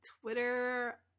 Twitter